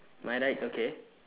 my right okay